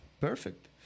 Perfect